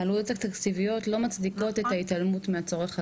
שהעלויות התקציביות לא מצדיקות את ההתעלמות מהצורך הזה.